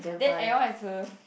then everyone has to